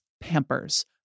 Pampers